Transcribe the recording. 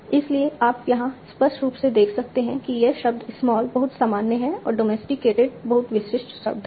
इसलिए आप यहाँ स्पष्ट रूप से देख सकते हैं कि यह शब्द स्मॉल बहुत सामान्य है और डॉमेस्टिकेटेड बहुत विशिष्ट शब्द है